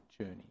journey